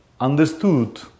understood